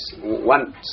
One